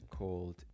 called